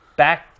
Back